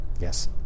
Yes